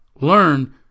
learn